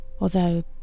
Although